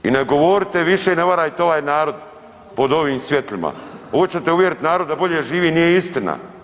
I ne govori te više i ne varajte ovaj narod pod ovim svjetlima, oćete uvjeriti narod da bolje živi, nije istina.